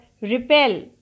repel